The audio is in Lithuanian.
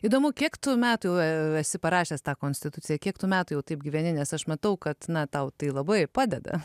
įdomu kiek tų metų esi parašęs tą konstituciją kiek tų metų jau taip gyveni nes aš matau kad tau tai labai padeda